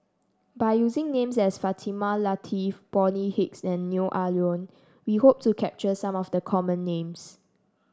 by using names as Fatimah Lateef Bonny Hicks and Neo Ah Luan we hope to capture some of the common names